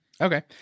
Okay